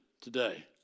today